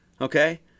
Okay